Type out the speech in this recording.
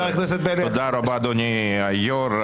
תודה רבה אדוני היושב ראש.